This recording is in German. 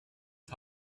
die